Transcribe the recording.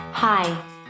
Hi